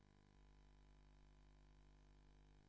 אבל,